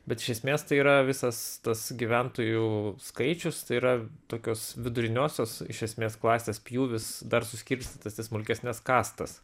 bet iš esmės tai yra visas tas gyventojų skaičius tai yra tokios viduriniosios iš esmės klasės pjūvis dar suskirstytas į smulkesnes kastas